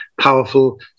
powerful